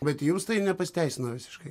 bet jums tai nepasiteisino visiškai